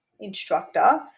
instructor